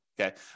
Okay